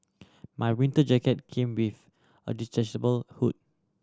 my winter jacket came with a detachable hood